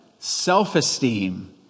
Self-esteem